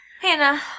Hannah